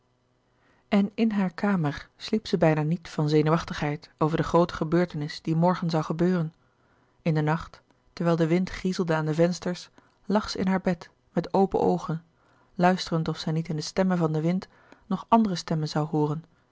en in hare kamer sliep zij bijna niet van zenuwachtigheid over de groote gebeurtenis die morgen zoû gebeuren in den nacht terwijl de wind griezelde aan de vensters lag zij in haar bed met open oogen luisterend of zij niet in de stemmen van den wind nog andere stemmen zoû hooren